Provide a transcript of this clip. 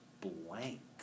blank